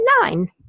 Nine